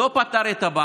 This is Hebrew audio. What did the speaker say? הוא לא פתר את הבעיה.